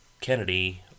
Kennedy